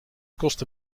kostte